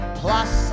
plus